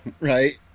Right